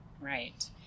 Right